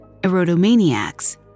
Erotomaniacs